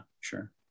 sure